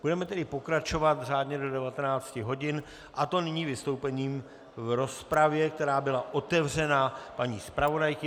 Budeme tedy pokračovat řádně do 19 hodin, a to nyní vystoupením v rozpravě, která byla otevřená, paní zpravodajky.